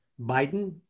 Biden